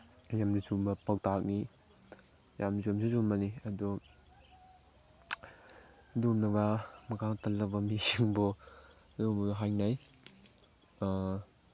ꯌꯥꯝꯅ ꯆꯨꯝꯕ ꯄꯧꯇꯥꯛꯅꯤ ꯌꯥꯝ ꯆꯨꯝꯁꯨ ꯆꯨꯝꯕꯅꯤ ꯑꯗꯨ ꯑꯗꯨꯒꯨꯝꯂꯕ ꯃꯈꯥ ꯇꯜꯂꯕ ꯃꯤꯁꯤꯡꯕꯨ ꯑꯗꯨꯒꯨꯝꯕꯗꯨ ꯍꯥꯏꯅꯩ